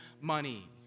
money